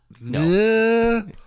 no